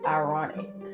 ironic